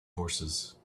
horses